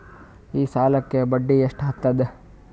ಈ ಸಾಲಕ್ಕ ಬಡ್ಡಿ ಎಷ್ಟ ಹತ್ತದ?